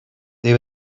they